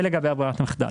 זה לגבי ברירת המחדל.